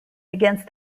against